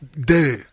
day